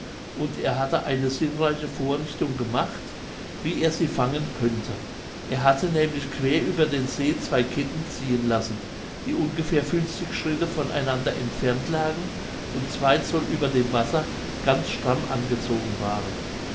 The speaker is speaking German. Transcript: und er hatte eine sinnreiche vorrichtung gemacht wie er sie fangen könnte er hatte nämlich queer über den see zwei ketten ziehen lassen die ungefähr schritte von einander entfernt lagen und zwei zoll über dem wasser ganz stramm angezogen waren